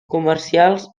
comercials